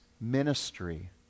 ministry